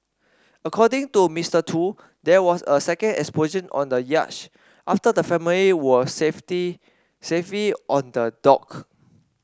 according to Mister Tu there was a second explosion on the yacht after the family were safety safely on the dock